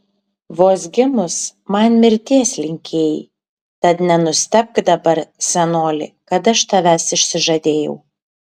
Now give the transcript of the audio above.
vos gimus man mirties linkėjai tad nenustebk dabar senoli kad aš tavęs išsižadėjau